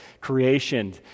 Creation